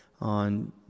on